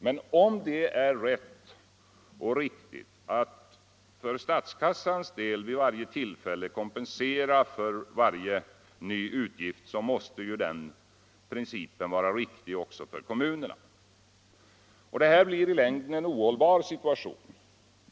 Men om det är rätt och riktigt att för statskassans del vid varje tillfälle kompensera för varje ny utgift, måste ju den principen vara riktig även för kommunerna. I längden är detta en ohållbar situation.